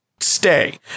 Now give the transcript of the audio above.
stay